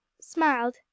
smiled